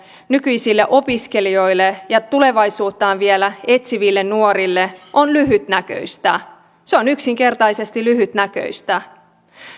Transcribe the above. nykyisille opiskelijoille ja tulevaisuuttaan vielä etsiville nuorille on lyhytnäköistä se on yksinkertaisesti lyhytnäköistä